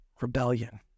Rebellion